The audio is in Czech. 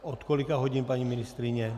Od kolika hodin, paní ministryně?